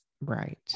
right